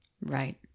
Right